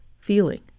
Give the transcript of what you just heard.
feeling